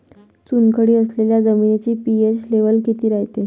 चुनखडी असलेल्या जमिनीचा पी.एच लेव्हल किती रायते?